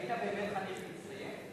היית באמת חניך מצטיין?